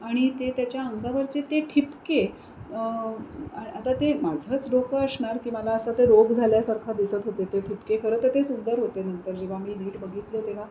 आणि ते त्याच्या अंगावरचे ते ठिपके आता ते माझंच डोकं असणार की मला असं ते रोग झाल्यासारखं दिसत होते ते ठिपके खरंतर ते सुंदर होते नंतर जेव्हा मी नीट बघितलं तेव्हा